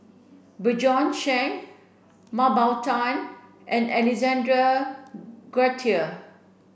Bjorn Shen Mah Bow Tan and Alexander Guthrie